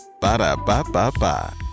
ba-da-ba-ba-ba